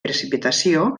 precipitació